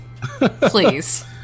Please